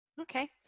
Okay